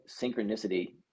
synchronicity